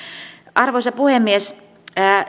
arvoisa puhemies